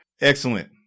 Excellent